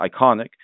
iconic